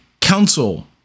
council